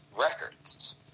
Records